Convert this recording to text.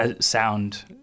sound